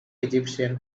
egyptian